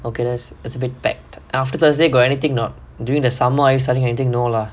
okay that's it's a bit backed after thursday got anything not during the summers selling anything no lah